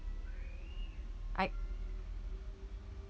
I